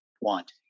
want